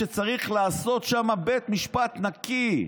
שצריך לעשות שם בית משפט נקי,